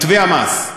מתווה המס.